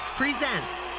presents